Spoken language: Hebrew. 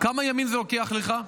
כמה ימים זה לוקח לך?